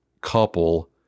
couple